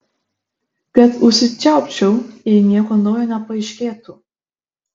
kad užsičiaupčiau jei nieko naujo nepaaiškėtų